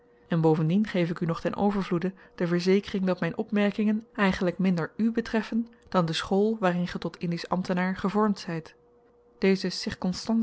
en bovendien geef ik u nog ten overvloede de verzekering dat myn opmerkingen eigenlyk minder u betreffen dan de school waarin ge tot indisch ambtenaar gevormd zyt deze